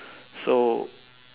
so